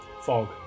fog